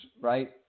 right